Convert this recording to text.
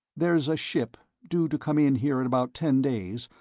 there's a ship, due to come in here in about ten days,